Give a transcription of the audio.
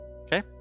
Okay